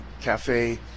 cafe